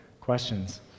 questions